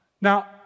Now